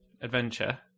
Adventure